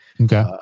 Okay